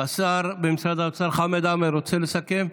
השר במשרד האוצר חמד עמאר, רוצה לסכם?